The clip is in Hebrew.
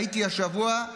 הייתי השבוע,